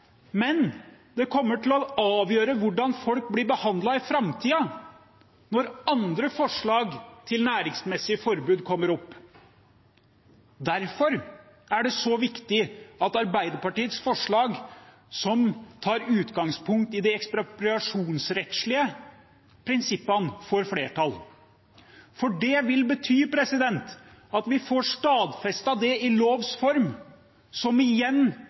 men det kommer også til å avgjøre hvordan folk blir behandlet i framtiden, når andre forslag til næringsmessige forbud kommer opp. Derfor er det så viktig at Arbeiderpartiets forslag, som tar utgangspunkt i de ekspropriasjonsrettslige prinsippene, får flertall, for det vil bety at vi får stadfestet det i lovs form, som igjen